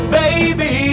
baby